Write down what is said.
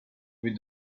with